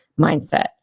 mindset